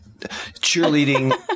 cheerleading